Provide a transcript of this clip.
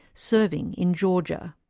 serving in georgia.